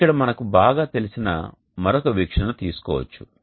మనం ఇక్కడ మనకు బాగా తెలిసిన మరొక వీక్షణ తీసుకోవచ్చు